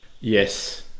Yes